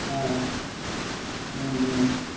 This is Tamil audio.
ஆ ஆ ம் ம்